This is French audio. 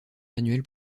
manuel